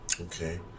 okay